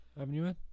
avenue